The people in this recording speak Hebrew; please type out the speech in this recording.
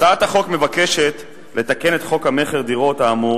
הצעת החוק מבקשת לתקן את חוק המכר (דירות) האמור,